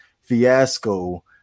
fiasco